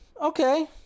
Okay